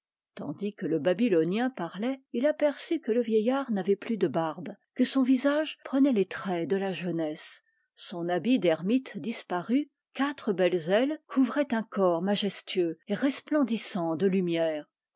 tandis que le babylonien parlait il aperçut que le vieillard n'avait plus de barbe que son visage prenait les traits de la jeunesse son habit d'ermite disparut quatre belles ailes couvraient un corps majestueux et resplendissant de lumière